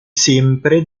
sempre